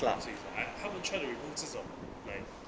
算 lah I 他们 tried to remove 这种 like